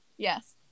Yes